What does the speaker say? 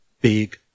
big